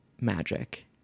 magic